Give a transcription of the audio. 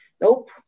nope